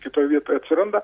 kitoj vietoj atsiranda